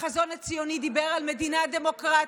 החזון הציוני דיבר על מדינה דמוקרטית,